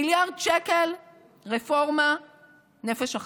מיליארד שקלים רפורמה נפש אחת,